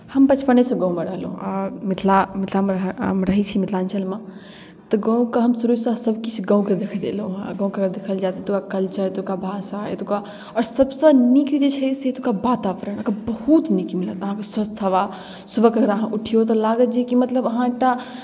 हम बचपनेसँ गाममे रहलहुँ आ मिथिला मिथिलामे हम रहै छी मिथिलाञ्चलमे तऽ गामके हम शुरूसँ सभ किछु गामके देखैत एलहुँ हेँ आ गामके देखल जाय तऽ एतुक्का कल्चर एतुक्का भाषा एतुक्का आओर सभसँ नीक जे छै से एतुक्का वातावरण अहाँकेँ बहुत नीक मिलत अहाँकेँ स्वच्छ हवा सुबहके अगर अहाँ उठियौ तऽ लागत जेकि मतलब अहाँ एकटा